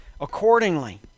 Accordingly